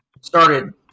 started